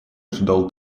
ожидал